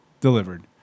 delivered